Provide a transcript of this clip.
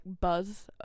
buzz